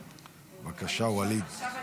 בבקשה, ואליד.